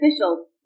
officials